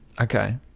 Okay